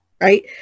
right